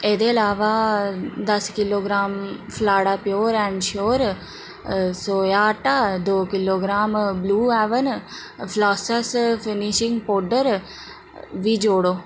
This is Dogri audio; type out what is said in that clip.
एह्दे अलावा दस किलोग्राम फलाड़ा प्योर ऐंड श्योर सोएआ आटा दो किलोग्राम ब्लू ऐवर फ्लासस फिनशिंग पाउडर बी जोड़ो